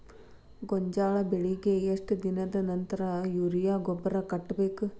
ಗೋಂಜಾಳ ಬೆಳೆಗೆ ಎಷ್ಟ್ ದಿನದ ನಂತರ ಯೂರಿಯಾ ಗೊಬ್ಬರ ಕಟ್ಟಬೇಕ?